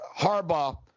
Harbaugh